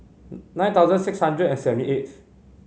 nine thousand six hundred and seventy eighth